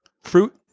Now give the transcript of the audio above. fruit